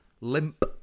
limp